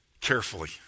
carefully